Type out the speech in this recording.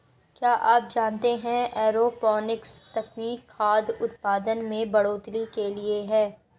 क्या आप जानते है एरोपोनिक्स तकनीक खाद्य उतपादन में बढ़ोतरी के लिए है?